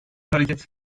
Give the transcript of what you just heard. hareket